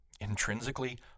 intrinsically